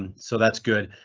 and so that's good.